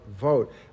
vote